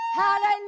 Hallelujah